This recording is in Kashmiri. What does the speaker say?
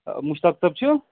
مُشتاق صٲب چھُو